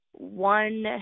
one